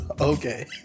Okay